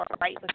right